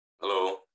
Hello